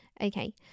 Okay